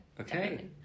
okay